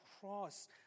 cross